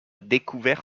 découvert